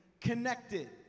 connected